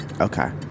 Okay